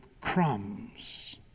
crumbs